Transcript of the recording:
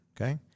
okay